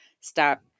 stop